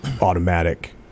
automatic